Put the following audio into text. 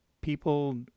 people